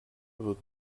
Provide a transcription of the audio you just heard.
wird